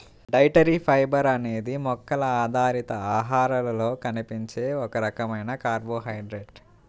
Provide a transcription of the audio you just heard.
dietary fibre అనేది మొక్కల ఆధారిత ఆహారాలలో కనిపించే ఒక రకమైన కార్బోహైడ్రేట్